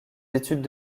études